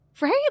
Right